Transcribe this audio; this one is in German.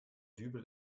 dübel